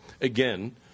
again